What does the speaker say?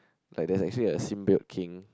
like there's actually a sin build king